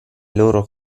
loro